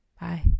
bye